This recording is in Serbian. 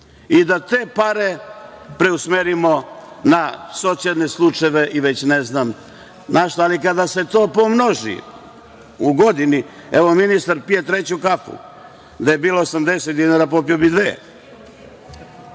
I, da te pare preusmerimo na socijalne slučajeve i već ne znam na šta, ali kada se to pomnoži u godini, evo ministar pije treću kafu, da je bila 80 dinara popio bi dve. Tako